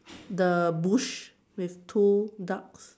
the bush with two ducks